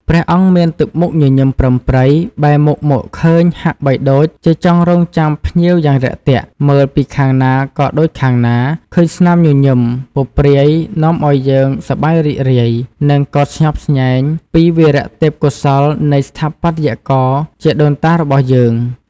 ព្រះអង្គមានទឹកមុខញញឹមប្រឹមប្រិយ បែរមុខមកឃើញហាក់បីដូចជាចង់រង់ចាំភ្ញៀវយ៉ាងរាក់ទាក់ មើលពីខាងណាក៏ដូចខាងណា ឃើញស្នាមញញឹម ពព្រាយនាំឱ្យយើងសប្បាយរីករាយ និងកោតស្ញប់ស្ញែងពីវីរទេពកោសល្យនៃស្ថាបត្យករជាដូនតារបស់យើង។